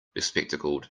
bespectacled